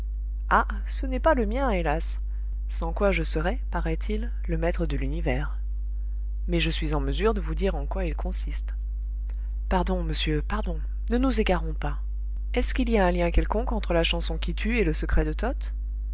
ah ce n'est pas le mien hélas sans quoi je serais paraît-il le maître de l'univers mais je suis en mesure de vous dire en quoi il consiste pardon monsieur pardon ne nous égarons pas est-ce qu'il y a un lien quelconque entre la chanson qui tue et le secret de toth